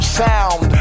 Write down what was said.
sound